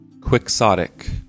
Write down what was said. Quixotic